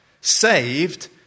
Saved